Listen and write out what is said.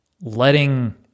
letting